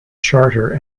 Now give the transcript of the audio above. charter